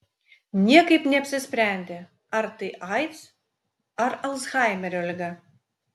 niekaip neapsisprendė ar tai aids ar alzheimerio liga